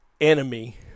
enemy